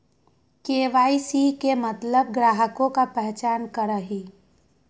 KYC के मतलब ग्राहक का पहचान करहई?